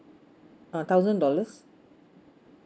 a thousand dollars